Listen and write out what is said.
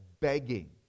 begging